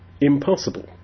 impossible